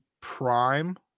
prime